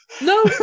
No